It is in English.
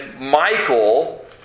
Michael